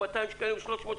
או 200 או 300,